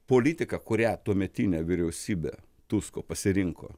politika kurią tuometinė vyriausybė tusko pasirinko